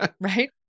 Right